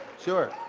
sure.